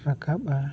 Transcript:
ᱨᱟᱠᱟᱵᱼᱟ